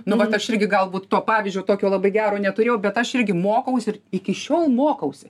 nu vat aš irgi galbūt to pavyzdžio tokio labai gero neturėjau bet aš irgi mokaus ir iki šiol mokausi